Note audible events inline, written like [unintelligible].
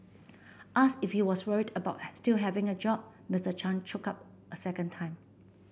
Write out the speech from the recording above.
ask if he was worried about [unintelligible] still having a job Mister Chan choke up a second time